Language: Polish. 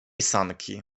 sanki